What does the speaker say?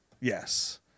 Yes